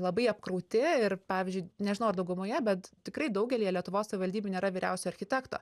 labai apkrauti ir pavyzdžiui nežinau ar daugumoje bet tikrai daugelyje lietuvos savivaldybių nėra vyriausio architekto